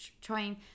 trying